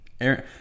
Aaron